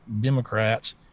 Democrats